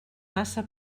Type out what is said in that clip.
massa